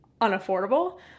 unaffordable